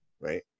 right